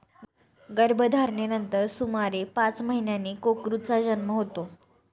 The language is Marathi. गर्भधारणेनंतर सुमारे पाच महिन्यांनी कोकरूचा जन्म होतो